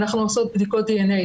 אנחנו עושות בדיקות דנ"א